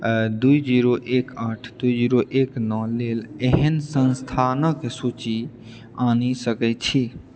दू जीरो एक आठ दू जीरो एक नओ लेल एहन संस्थानक सूची आनि सकैत छी